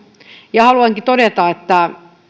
ja haluankin todeta että